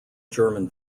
german